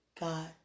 God